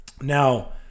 Now